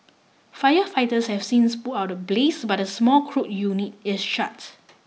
firefighters have since put out the blaze but the small crude unit is shut